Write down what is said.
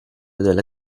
della